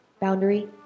Boundary